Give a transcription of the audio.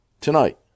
Tonight